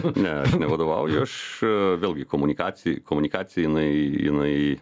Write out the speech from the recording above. ne nevadovauju aš vėlgi komunikacija komunikacija jinai jinai